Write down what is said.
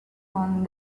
con